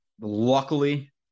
Luckily